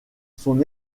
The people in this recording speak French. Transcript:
son